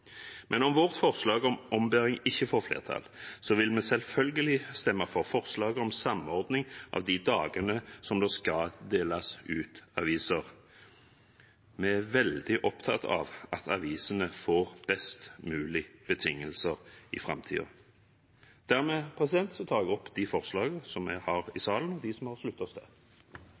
Men om vårt forslag om ombæring ikke får flertall, vil vi selvfølgelig stemme for forslaget om samordning av de dagene som det skal deles ut aviser på. Vi er veldig opptatt av at avisene får best mulig betingelser i framtiden. Dermed tar jeg opp de forslagene som vi har alene, og det forslaget som vi har